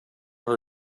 her